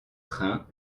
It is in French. train